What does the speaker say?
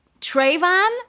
Trayvon